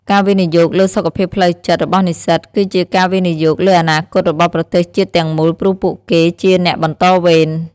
ការវិនិយោគលើសុខភាពផ្លូវចិត្តរបស់និស្សិតគឺជាការវិនិយោគលើអនាគតរបស់ប្រទេសជាតិទាំងមូលព្រោះពួកគេជាអ្នកបន្តវេន។